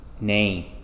name